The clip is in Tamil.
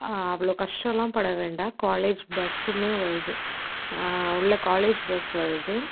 அவ்வளோ கஷ்டம்லாம் பட வேண்டாம் காலேஜ் பஸ்ஸுமே வருது உள்ள காலேஜ் பஸ் வருது